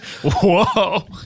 Whoa